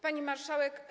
Pani Marszałek!